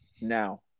now